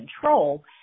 control